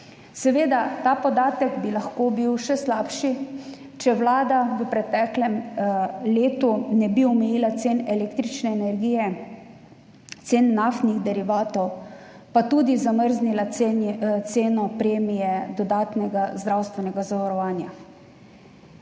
podatki. Ta podatek bi lahko bil še slabši, če Vlada v preteklem letu ne bi omejila cen električne energije, cen naftnih derivatov, pa tudi zamrznila cene premije dodatnega zdravstvenega zavarovanja.